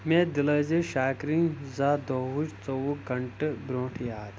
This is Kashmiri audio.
مے دِلٲیزِ شاکرٕنۍ زا دۄہچ ژُوٚوُہ گنٹہٕ برونٛٹھے یاد